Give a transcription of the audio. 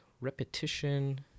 Repetition